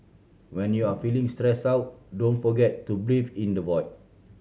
when you are feeling stressed out don't forget to breathe in the void